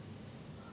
oh um